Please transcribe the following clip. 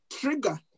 trigger